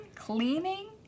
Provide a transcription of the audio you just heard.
Cleaning